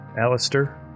Alistair